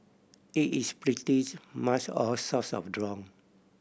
it is pretties much all sorts of drown